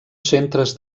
centres